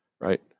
right